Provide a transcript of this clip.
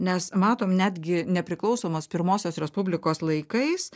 nes matom netgi nepriklausomos pirmosios respublikos laikais